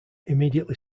immediately